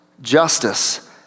Justice